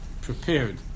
prepared